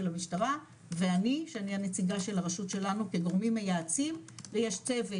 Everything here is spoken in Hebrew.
המשטרה ואני שאני הנציגה של הרשות שלנו כגורמים מייעצים ויש צוות